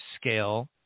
scale